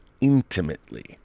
intimately